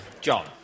John